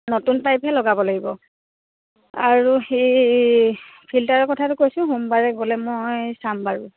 নতুন পাইপহে লগাব লাগিব আৰু সেই ফিল্টাৰৰ কথাটো কৈছোঁ সোমবাৰে গ'লে মই চাম বাৰু